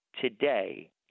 today